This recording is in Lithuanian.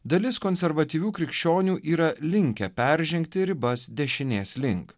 dalis konservatyvių krikščionių yra linkę peržengti ribas dešinės link